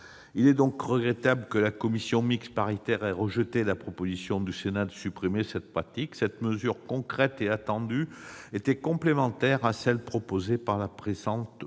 Il est regrettable que la commission mixte paritaire ait rejeté la proposition du Sénat de supprimer cette pratique. Cette mesure concrète et attendue était complémentaire de celles contenues dans la présente